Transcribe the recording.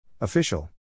Official